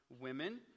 women